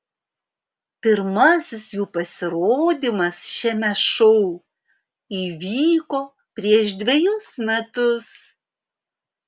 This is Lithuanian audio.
pirmasis jų pasirodymas šiame šou įvyko prieš dvejus metus